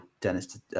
Dennis